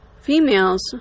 females